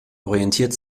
orientiert